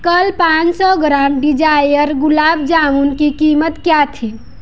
कल पाँच सौ ग्राम डिजायर गुलाब जामुन की कीमत क्या थी